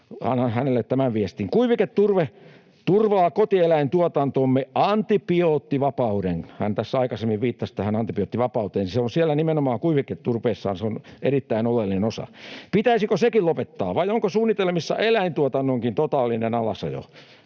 annan hänelle tämän viestin — turvaa kotieläintuotantomme antibioottivapauden. Kun hän tässä aikaisemmin viittasi tähän antibioottivapauteen, niin nimenomaan kuiviketurpeessahan se on erittäin oleellinen osa. Pitäisikö sekin lopettaa, vai onko suunnitelmissa eläintuotannonkin totaalinen alasajo?